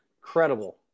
incredible